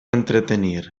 entretenir